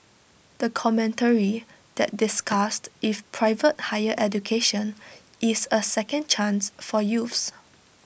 the commentary that discussed if private higher education is A second chance for youths